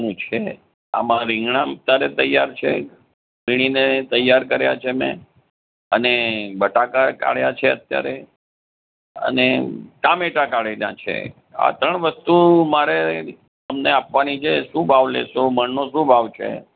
આમાં છે ને આમાં રીંગણાં અત્યારે તૈયાર છે વીણીને તૈયાર કર્યાં છે મેં અને બટાકા કાઢ્યાં છે અત્યારે અને ટામેટાં કાઢેલાં છે આ ત્રણ વસ્તુ મારે તમને આપવાની છે શું ભાવ લેશો મણનો શું ભાવ છે